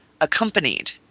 accompanied